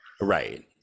Right